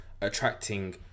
attracting